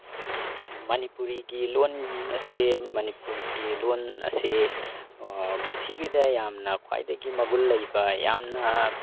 ꯃꯅꯤꯄꯨꯔꯒꯤ ꯂꯣꯟ ꯑꯁꯦ ꯃꯅꯤꯄꯨꯔꯒꯤ ꯂꯣꯟ ꯑꯁꯦ ꯄꯤꯊ꯭ꯔꯤꯕꯤꯗ ꯌꯥꯝꯅ ꯈ꯭ꯋꯥꯏꯗꯒꯤ ꯃꯥꯒꯨꯟ ꯂꯩꯕ ꯌꯥꯝꯅ